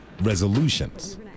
resolutions